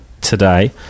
today